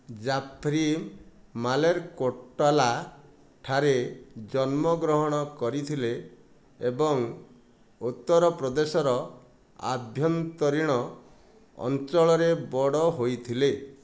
ଜାଫ୍ରି ମାଲେରକୋଟାଲାଠାରେ ଜନ୍ମଗ୍ରହଣ କରିଥିଲେ ଏବଂ ଉତ୍ତରପ୍ରଦେଶର ଆଭ୍ୟନ୍ତରୀଣ ଅଞ୍ଚଳରେ ବଡ଼ ହୋଇଥିଲେ